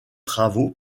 travaux